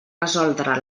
resoldre